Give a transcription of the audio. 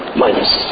minus